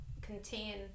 contain